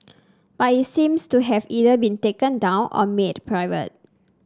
but it seems to have either been taken down or made private